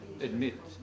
admit